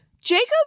Jacob